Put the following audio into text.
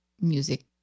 music